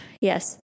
Yes